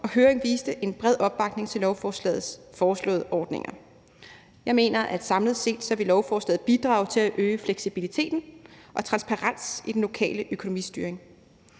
og høringen viste en bred opbakning til lovforslagets foreslåede ordninger. Jeg mener, at lovforslaget samlet set vil bidrage til at øge fleksibiliteten og transparensen i den lokale økonomistyring.